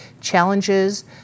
challenges